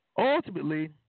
ultimately